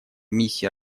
миссии